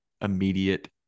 immediate